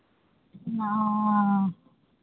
हँ